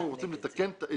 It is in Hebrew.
אנחנו רוצים לתקן.